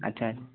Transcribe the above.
ଆଚ୍ଛା ଆଚ୍ଛା